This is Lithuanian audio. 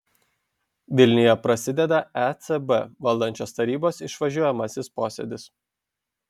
vilniuje prasideda ecb valdančiosios tarybos išvažiuojamasis posėdis